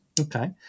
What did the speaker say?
Okay